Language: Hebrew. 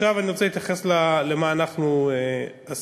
עכשיו אני רוצה להתייחס למה שאנחנו עשינו,